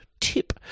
tip